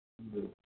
ꯎꯝ